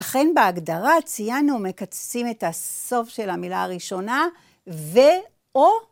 אכן בהגדרה ציינו מקצצים את הסוף של המילה הראשונה ו/או